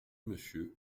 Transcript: monsieur